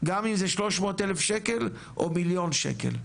גם אם זה 300,000 שקלים או מיליון שקלים,